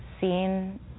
seen